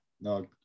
no